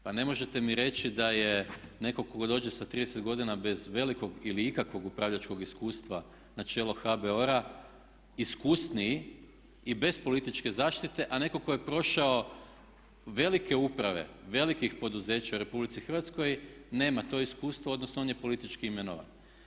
Pa ne možete mi reći da je netko tko dođe sa 30 godina bez velikog ili ikakvog upravljačkog iskustva na čelo HBOR-a iskusniji i bez političke zaštite, a netko tko je prošao velike uprave velikih poduzeća u Republici Hrvatskoj nema to iskustvo, odnosno on je politički imenovan.